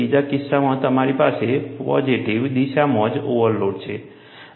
બીજા કિસ્સામાં તમારી પાસે ફક્ત પોઝિટિવ દિશામાં જ ઓવરલોડ છે